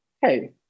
hey